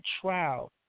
trial